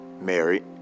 married